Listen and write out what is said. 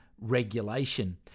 regulation